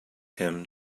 him